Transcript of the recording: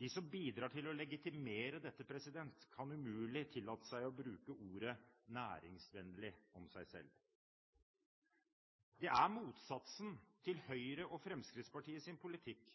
De som bidrar til å legitimere dette, kan umulig tillate seg å bruke ordet «næringsvennlig» om seg selv. Det er motsatsen til Høyre og Fremskrittspartiets politikk